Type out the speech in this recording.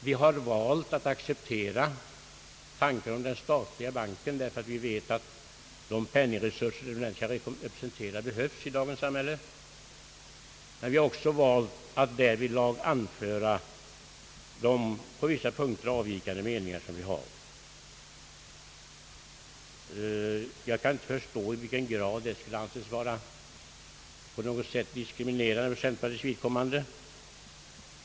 Vi har valt att acceptera tanken på den statliga banken därför att vi vet att de penningresurser den representerar behövs i dagens samhälle. Men vi har också valt att därvidlag anföra de på vissa punkter avvikande meningar som vi har. Jag kan inte förstå i vilken grad detta skulle anses vara på något sätt diskriminerande för centerpartiets vidkommande.